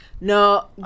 No